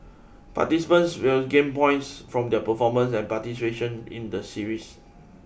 participants will gain points from their performance and participation in the series